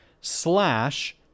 slash